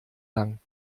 lang